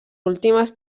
últimes